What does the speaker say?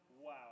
wow